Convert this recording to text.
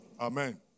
Amen